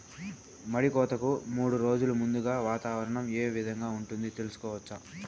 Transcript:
మడి కోతలకు మూడు రోజులు ముందుగా వాతావరణం ఏ విధంగా ఉంటుంది, తెలుసుకోవచ్చా?